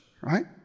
right